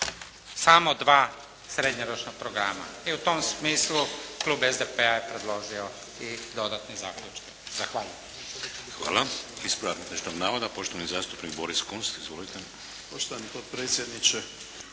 samo dva srednjoročna programa. I u tom smislu klub SDP-a je predložio i dodatne zaključke. Zahvaljujem.